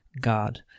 god